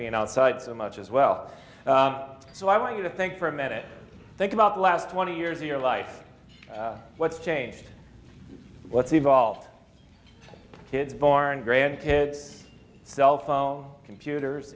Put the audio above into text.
being outside so much as well so i want you to think for a minute think about the last twenty years of your life what's changed what's evolved to kids born grandkids cellphone computers